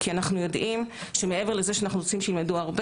"שוקראן טזילה".